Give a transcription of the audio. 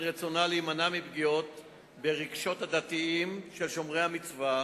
רצונה להימנע מפגיעה ברגשות דתיים של שומרי מצוות,